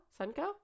Sunco